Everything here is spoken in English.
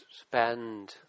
spend